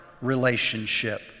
relationship